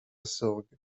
sorgue